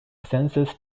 census